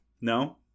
No